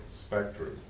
spectrum